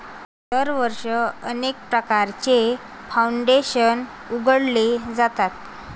दरवर्षी अनेक प्रकारचे फाउंडेशन उघडले जातात